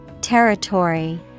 Territory